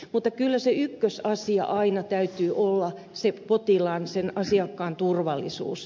mutta kyllä sen ykkösasian aina täytyy olla sen potilaan sen asiakkaan turvallisuus